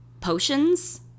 potions